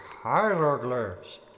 hieroglyphs